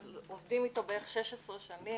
עובדים אתו בערך 16 שנים,